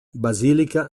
basilica